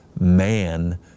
man